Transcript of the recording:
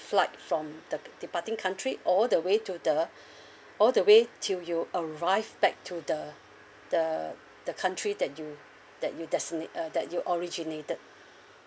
flight from the departing country all the way to the all the way till you arrive back to the the the country that you that you destin~ uh that you originated